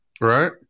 Right